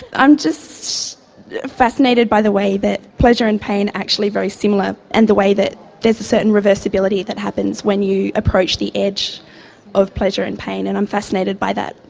i'm just fascinated by the way that pleasure and pain are actually very similar and the way that there's a certain reversibility that happens when you approach the edge of pleasure and pain and i'm fascinated by that.